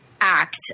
act